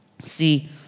See